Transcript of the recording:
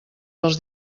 dels